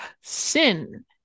sin